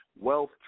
Wealth